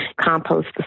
compost